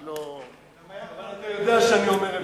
אני לא, אבל אתה יודע שאני אומר אמת.